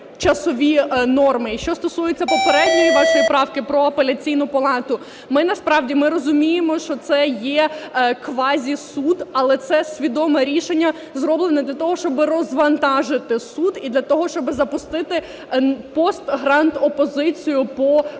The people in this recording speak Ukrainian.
часові норми. І що стосується попередньої вашої правки про Апеляційну палату, ми насправді, ми розуміємо, що це є квазі-суд, але це свідоме рішення, зроблене для того, щоб розвантажити суд і для того, щоб запустити "post grant